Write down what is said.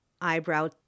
Eyebrow